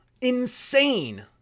Insane